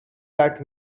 that